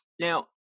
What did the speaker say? Now